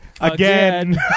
again